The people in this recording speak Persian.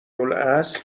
الاصل